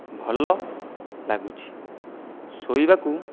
ଭଲ ଲାଗୁଛି ଶୋଇବାକୁ